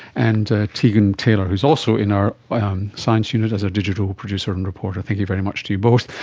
and tegan taylor, who is also in our science unit as a digital producer and reporter. thank you very much to you both.